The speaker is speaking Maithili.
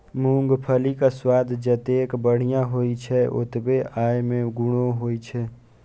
मूंगफलीक स्वाद जतेक बढ़िया होइ छै, ओतबे अय मे गुणो होइ छै